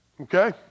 Okay